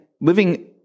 living